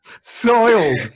Soiled